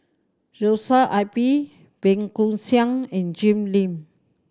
Joshua I P Bey Koo Siang and Jim Lim